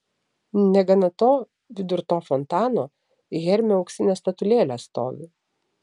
negana to vidur to fontano hermio auksinė statulėlė stovi